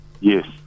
yes